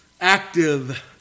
active